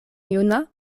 juna